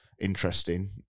interesting